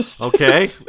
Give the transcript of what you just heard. Okay